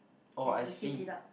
and you heat it up